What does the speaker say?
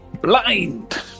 Blind